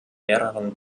mehreren